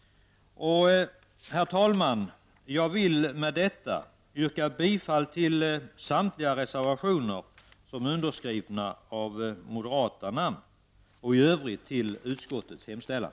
Herr talman! Jag vill med det anförda yrka bifall till samtliga reservationer där moderata namn finns med. I övrigt yrkar jag bifall till utskottets hemställan.